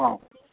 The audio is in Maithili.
हॅं